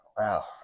Wow